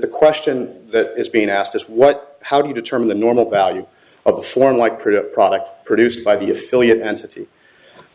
the question that is being asked is what how do you determine the normal value of a form like pretty a product produced by the affiliate entity